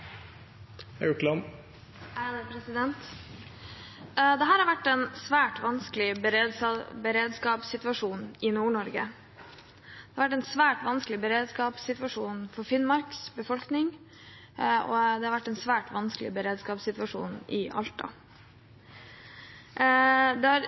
Det har vært en svært vanskelig beredskapssituasjon i Nord-Norge – det har vært en svært vanskelig beredskapssituasjon for Finnmarks befolkning og i Alta. Mye informasjon er blitt gitt oss representanter hele tiden underveis. Helse Nord har opprettet en